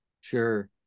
Sure